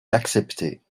l’accepter